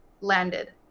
landed